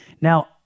Now